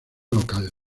local